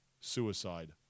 Suicide